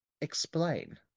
explain